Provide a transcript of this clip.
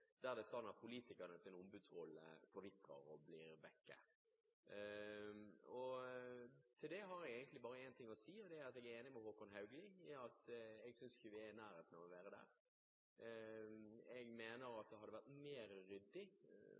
der det er sånn at politikernes ombudsrolle forvitrer og blir borte. Til det har jeg egentlig bare én ting å si, og det er at jeg er enig med Håkon Haugli i at vi ikke er i nærheten av å